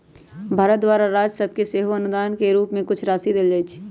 भारत द्वारा राज सभके सेहो अनुदान के रूप में कुछ राशि देल जाइ छइ